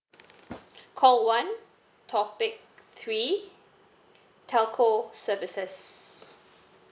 call one topic three telco services